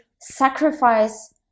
sacrifice